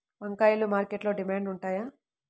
వంకాయలు మార్కెట్లో డిమాండ్ ఉంటాయా?